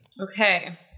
Okay